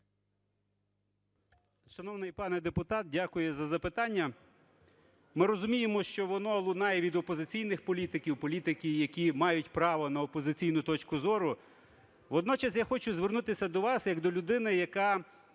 дякую за запитання.